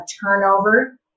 turnover